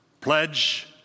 pledge